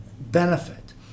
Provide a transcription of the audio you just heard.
benefit